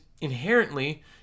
inherently